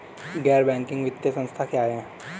गैर बैंकिंग वित्तीय संस्था क्या है?